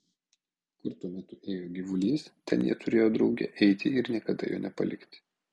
kur tuo metu ėjo gyvulys ten jie turėjo drauge eiti ir niekada jo nepalikti